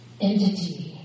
entity